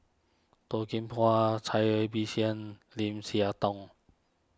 Toh Kim Hwa Cai Bixia Lim Siah Tong